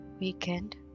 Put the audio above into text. weekend